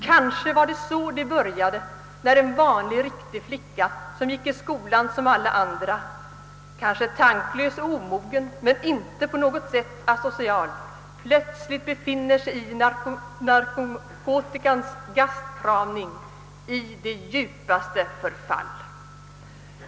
Kanske var det så det började, när en vanlig, riktig flicka som gick i skolan som alla andra, kanske tanklös och omogen men inte på något sätt asocial, plötsligt befinner sig i narkotikans gastkramning, i det djupaste förfall.